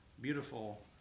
beautiful